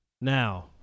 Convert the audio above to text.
Now